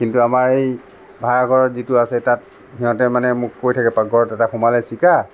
কিন্তু আমাৰ এই ভাড়াঘৰত যিটো আছে তাত সিহঁতে মানে মোক কৈ থাকে পাকঘৰত এটা সোমালে চিকা